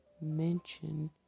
mention